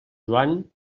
joan